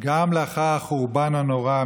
שגם לאחר החורבן הנורא,